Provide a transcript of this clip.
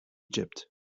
egypt